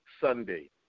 Sunday